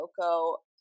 Coco